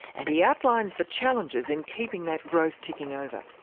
and he outlines the challenges in keeping that growth ticking over.